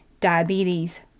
diabetes